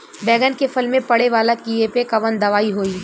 बैगन के फल में पड़े वाला कियेपे कवन दवाई होई?